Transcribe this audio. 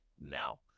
now